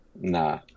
Nah